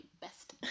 best